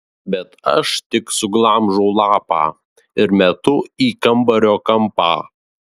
bet aš tik suglamžau lapą ir metu į kambario kampą